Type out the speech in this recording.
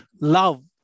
love